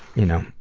you know,